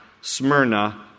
Smyrna